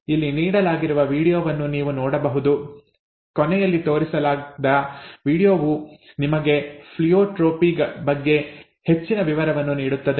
ಇಲ್ಲಿ ನೀಡಲಾಗಿರುವ ವೀಡಿಯೊವನ್ನು ನೀವು ನೋಡಬಹುದು ಕೊನೆಯಲ್ಲಿ ತೋರಿಸಲಾದ ವೀಡಿಯೊವು ನಿಮಗೆ ಪ್ಲಿಯೋಟ್ರೋಪಿ ಬಗ್ಗೆ ಹೆಚ್ಚಿನ ವಿವರಗಳನ್ನು ನೀಡುತ್ತದೆ